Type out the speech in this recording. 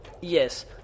Yes